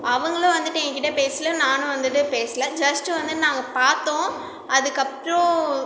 அவங்களும் வந்துவிட்டு எங்கிட்டே பேசலை நானும் வந்துவிட்டு பேசலை ஜஸ்ட் வந்து நாங்கள் பார்த்தோம் அதுக்கப்புறம்